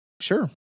sure